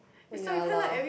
oh ya lah